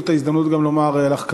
זאת ההזדמנות לומר לך,